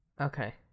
Okay